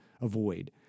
avoid